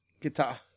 Guitar